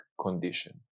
condition